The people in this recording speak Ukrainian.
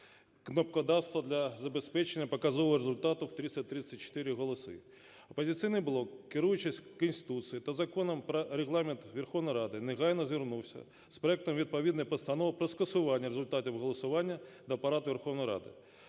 "кнопкодавства" для забезпечення показового результату в 334 голоси. "Опозиційний блок", керуючись Конституцією та Законом про Регламент Верховної Ради, негайно звернувся з проектом відповідної постанови про скасування результатів голосування до Апарату Верховної Ради,